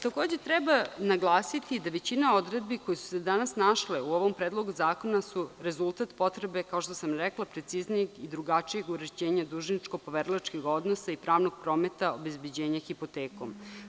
Takođe treba naglasiti da većina odredbi koje su se danas našle u ovom Predlogu zakona su rezultat potrebe, kao što sam rekla, preciznijeg i drugačijeg uređenja dužničko-poverilačkih odnosa i pravnog prometa obezbeđenja hipotekom.